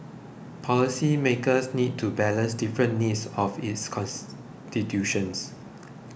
policymakers need to balance different needs of its constituents